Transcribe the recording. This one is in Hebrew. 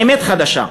באמת חדשה,